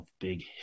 big